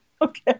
Okay